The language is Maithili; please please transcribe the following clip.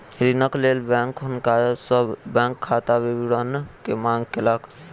ऋणक लेल बैंक हुनका सॅ बैंक खाता विवरण के मांग केलक